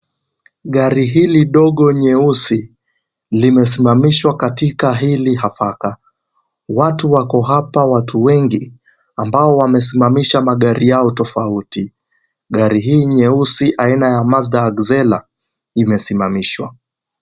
Gari hili dogo nyeusi lime simamishwa katika hili hafaka watu wako hapa watu wengi ambao wamesimamisha magari yao yofauti gari hii nyeusi aina ya Mazda axela imesimamishwa.